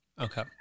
Okay